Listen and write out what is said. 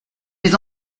mes